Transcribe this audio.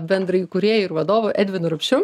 bendraįkūrėju ir vadovu edvinu rupšiu